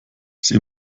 sie